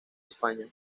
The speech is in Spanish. españa